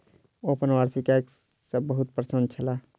ओ अपन वार्षिक आय सॅ बहुत प्रसन्न छलाह